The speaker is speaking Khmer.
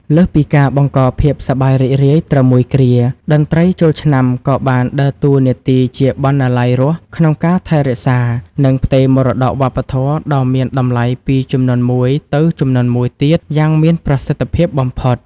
លើសពីការបង្កភាពសប្បាយរីករាយត្រឹមមួយគ្រា តន្ត្រីចូលឆ្នាំក៏បានដើរតួនាទីជាបណ្ណាល័យរស់ក្នុងការថែរក្សា និងផ្ទេរមរតកវប្បធម៌ដ៏មានតម្លៃពីជំនាន់មួយទៅជំនាន់មួយទៀតយ៉ាងមានប្រសិទ្ធភាពបំផុត។